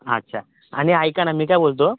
अच्छा आणि ऐका ना मी काय बोलतो